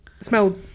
smell